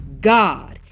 God